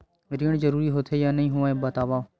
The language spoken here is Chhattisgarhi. ऋण जरूरी होथे या नहीं होवाए बतावव?